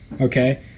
Okay